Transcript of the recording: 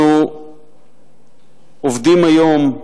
אנחנו עובדים היום,